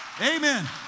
Amen